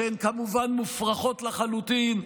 שהן כמובן מופרכות לחלוטין,